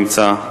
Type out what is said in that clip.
לא נמצא,